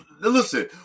Listen